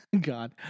God